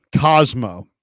Cosmo